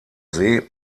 see